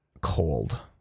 Cold